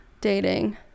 dating